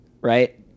right